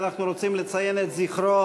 ואנחנו רוצים לציין את זכרו